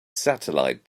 satellite